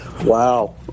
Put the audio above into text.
Wow